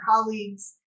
colleagues